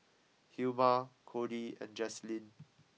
Hilma Kody and Jazlynn